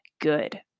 good